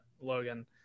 logan